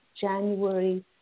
January